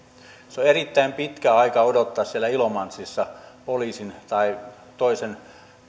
se on erittäin pitkä aika odottaa siellä ilomantsissa poliisin tai jonkun toisen